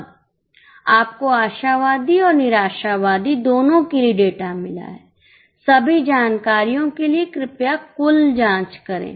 अब आपको आशावादी और निराशावादी दोनों के लिए डेटा मिला है सभी जानकारियों के लिए कृपया कुल जांच करें